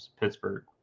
Pittsburgh